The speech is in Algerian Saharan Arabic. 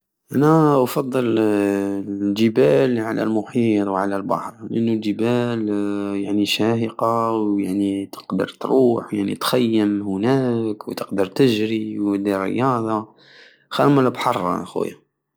أنا أفضل الجبال على المحيط وعلى البحر لأنو الجبال يعني شاهقة ويعني تقدر تروح يعني تخيم هناك وتقدر تجري ودير رياضة خيرمن البحر ياخويا